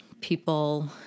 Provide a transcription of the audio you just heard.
people